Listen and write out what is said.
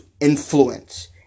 Influence